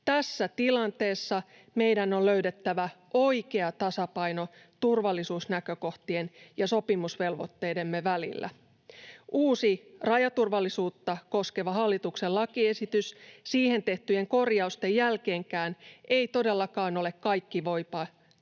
Tässä tilanteessa meidän on löydettävä oikea tasapaino turvallisuusnäkökohtien ja sopimusvelvoitteidemme välillä. Uusi rajaturvallisuutta koskeva hallituksen lakiesitys siihen tehtyjen korjausten jälkeenkään ei todellakaan ole kaikkivoipa tai